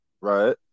Right